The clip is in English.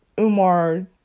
Umar